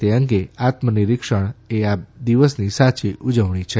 તે અંગે આત્મ નિરીક્ષણ એ આ દિવસની સાચી ઉજવણી છે